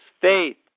faith